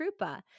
Krupa